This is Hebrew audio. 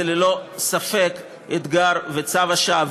זה ללא ספק אתגר וצו השעה.